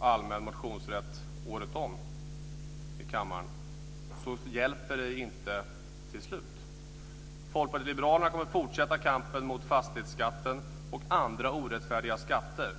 allmän motionsrätt året om i kammaren, hjälper det inte till slut. Folkpartiet liberalerna kommer att fortsätta kampen mot fastighetsskatten och andra orättfärdiga skatter.